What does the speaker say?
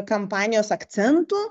kampanijos akcentų